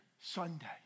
Sunday